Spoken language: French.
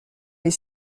les